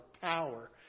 power